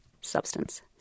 substance